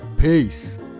Peace